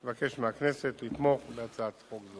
אני מבקש מהכנסת לתמוך בהצעת חוק זו.